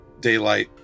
daylight